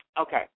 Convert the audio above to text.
Okay